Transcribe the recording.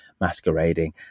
masquerading